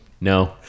No